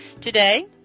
Today